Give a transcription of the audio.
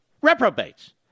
Reprobates